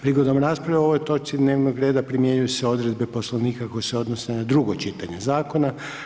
Prigodom rasprave o ovoj točci dnevnog reda primjenjuju se odredbe Poslovnika koje se odnose na drugo čitanje zakona.